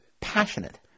Passionate